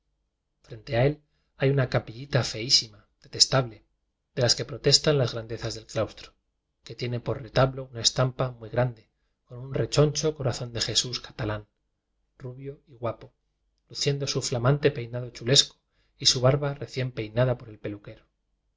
frente a él hay una capillita feísima detestable de la que protestan las grandezas del claustro que tiene por retablo una estampa muy grande con un rechoncho corazón de jejesús catalán rubio y guapo luciendo su flamante peinado chulesco y su barba recién peinada por el peluquero